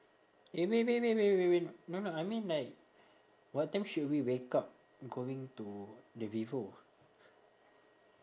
eh wait wait wait wait wait no no I mean like what time should we wake up going to the vivo